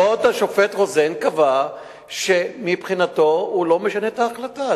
וכבוד השופט רוזן קבע שמבחינתנו הוא לא משנה את ההחלטה,